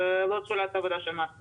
זאת לא צורת העבודה של מס קנייה.